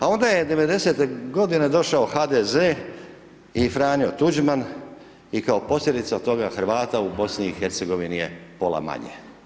A onda je 90-te godine došao HDZ i Franjo Tuđman i kao posljedica toga Hrvata u BiH je pola manje.